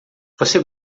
você